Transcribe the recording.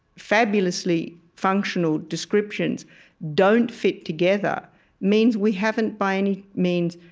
fabulously functional descriptions don't fit together means we haven't, by any means,